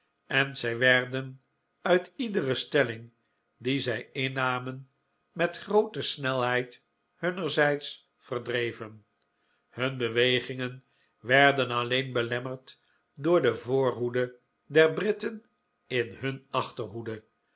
en zij werden uit iedere stelling die zij innamen met groote snelheid hunnerzijds verdreven hun bewegingen werden alleen belemmerd door de voorhoede der britten in hun achterhoede